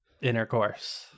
intercourse